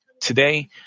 Today